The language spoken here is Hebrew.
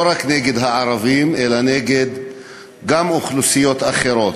לא רק נגד הערבים אלא גם נגד אוכלוסיות אחרות.